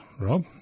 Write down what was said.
Rob